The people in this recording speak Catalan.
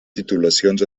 titulacions